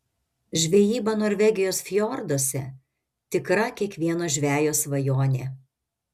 žvejyba norvegijos fjorduose tikra kiekvieno žvejo svajonė